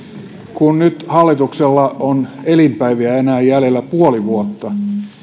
kun nyt hallituksella on elinpäiviä jäljellä enää puoli vuotta